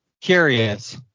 Curious